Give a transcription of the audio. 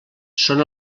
són